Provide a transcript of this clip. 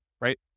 right